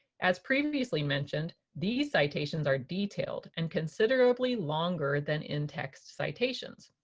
as previously mentioned, these citations are detailed and considerably longer than in-text citations.